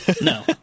No